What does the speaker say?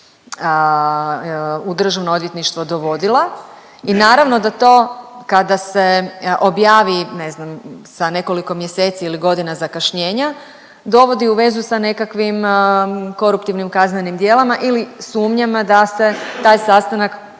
Državno odvjetništvo dovodila i naravno da to kada se objavi ne znam sa nekoliko mjeseci ili godina zakašnjenja dovodi u vezu sa nekakvim koruptivnim kaznenim djelima ili sumnjama da se taj sastanak koristio